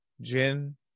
Jin